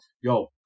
Yo